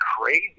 crazy